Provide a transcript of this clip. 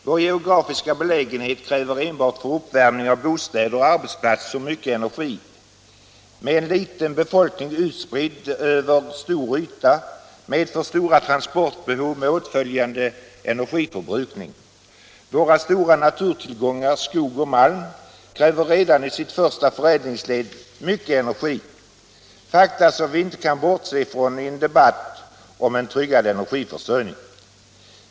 Vår geografiska belägenhet kräver enbart för uppvärmning av bostäder och arbetsplatser mycket energi. En liten befolkning utspridd över stor yta medför stora transportbehov med åtföljande energiförbrukning. Våra stora naturtillgångar skog och malm kräver redan i sitt första förädlingsled mycket energi. Detta är fakta som vi inte kan bortse från i en debatt om en tryggad energiförsörjning.